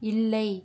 இல்லை